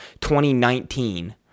2019